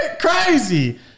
crazy